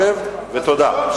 שב, ותודה.